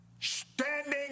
Standing